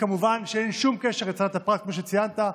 כמובן שאין שום קשר לצנעת הפרט, כמו שציינת.